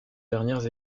dernières